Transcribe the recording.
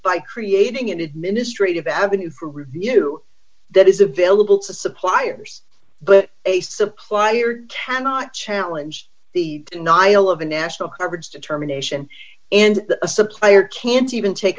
by creating an administrative avenue for review that is available to suppliers but a supplier cannot challenge the denial of a national coverage determination and a supplier can't even take